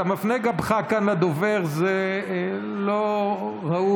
אתה מפנה גבך כאן לדובר, זה לא ראוי.